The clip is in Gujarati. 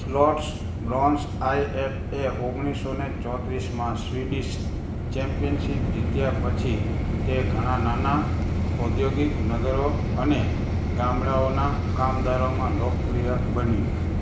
સ્લોટ્સબ્રોન આઈ એફએ ઓગણીસો ચોત્રીસમાં સ્વીડિશ ચેમ્પિયનશિપ જીત્યા પછી તે ઘણા નાના ઔદ્યોગિક નગરો અને ગામડાઓના કામદારોમાં લોકપ્રિય બન્યું